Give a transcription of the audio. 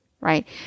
right